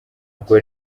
ubwo